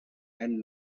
and